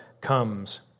comes